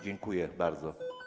Dziękuję bardzo.